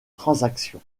transaction